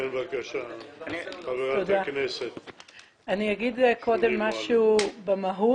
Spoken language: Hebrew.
אני אגיד קודם משהו במהות,